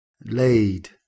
laid